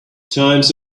times